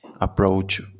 approach